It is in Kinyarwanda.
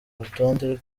rutonde